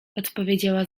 odpowiedziała